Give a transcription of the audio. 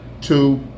two